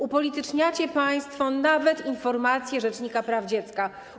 Upolityczniacie państwo nawet informację rzecznika praw dziecka.